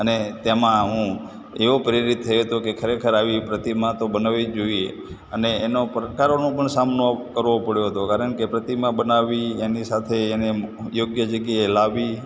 અને તેમાં હું એવો પ્રેરિત થયો હતો કે ખરેખર આવી પ્રતિમા તો બનાવવી જ જોઈએ અને એનો પડકારોનો પણ સામનો કરવો પડ્યો હતો કારણ કે પ્રતિમા બનાવવી એની સાથે એને યોગ્ય જગ્યાએ લાવવી